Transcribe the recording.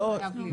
כן.